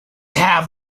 have